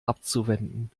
abzuwenden